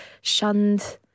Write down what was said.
shunned